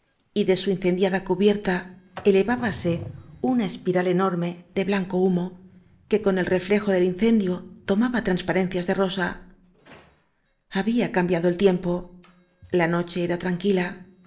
y de su incendiada cubierta elevábase una espiral enorme de blanco humo que con el re flejo del incendio tomaba transparencias de rosa había cambiado el tiempo la noche era tranquila